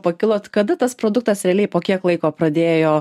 pakilot kada tas produktas realiai po kiek laiko pradėjo